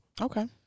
Okay